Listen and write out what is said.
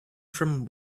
from